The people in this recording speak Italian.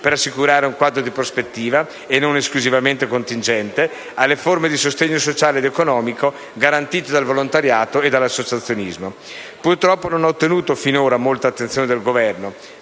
per assicurare un quadro di prospettiva, e non esclusivamente contingente, alle forme di sostegno sociale ed economico garantite dal volontariato o dall'associazionismo. Purtroppo non ho ottenuto finora molta attenzione dal Governo,